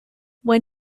when